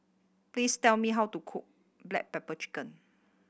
please tell me how to cook black pepper chicken